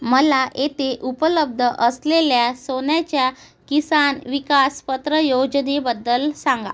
मला येथे उपलब्ध असलेल्या सोन्याच्या किसान विकास पत्र योजनेबद्दल सांगा